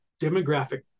demographic